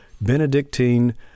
Benedictine